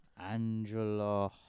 Angela